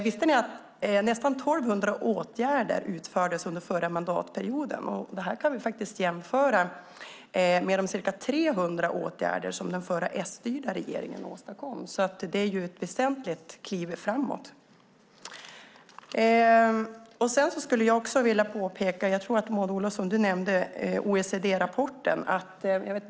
Visste ni att nästan 1 200 åtgärder utfördes under förra mandatperioden? Det kan vi jämföra med de ca 300 åtgärder som den förra S-styrda regeringen åstadkom. Det är ett väsentligt kliv framåt. Jag tror att Maud Olofsson nämnde OECD-rapporten.